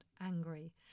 angry